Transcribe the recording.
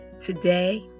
today